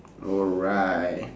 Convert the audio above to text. alright